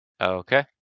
Okay